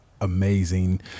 amazing